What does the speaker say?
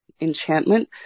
enchantment